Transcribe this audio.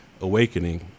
awakening